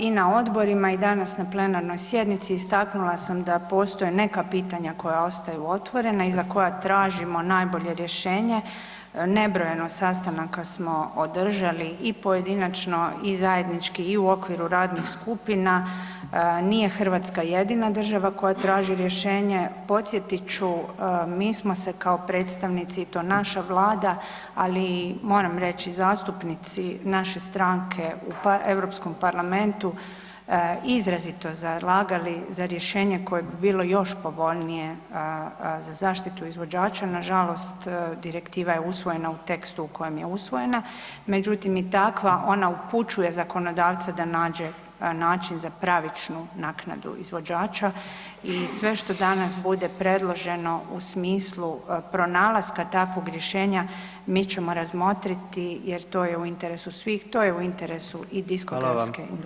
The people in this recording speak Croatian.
I na odborima i danas na plenarnoj sjednici istaknula sam da postoje neka pitanja koja ostaju otvorena i za koja tražimo najbolje rješenje, ne brojeno sastanaka smo održali i pojedinačno i zajednički i u okviru radnih skupina, nije Hrvatska jedina država koja traži rješenje, podsjetit ću, mi smo se kao predstavnici i to naš Vlada ali moram reći i zastupnici naše stranke u Europskom parlamentu izrazito zalagali za rješenje koje bi bilo još povoljnije za zaštitu izvođača, nažalost direktiva je usvojeno u tekstu u kojem je usvojena, međutim i takva ona upućuje zakonodavce da nađe način za pravičnu naknadu izvođača i sve što danas bude predloženo u smislu pronalaska takvog rješenja, mi ćemo razmotriti jer to je u interesu svih, to je u interesu i diskografske industrije.